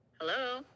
Hello